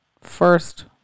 first